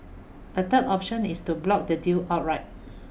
a third option is to block the deal outright